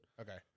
okay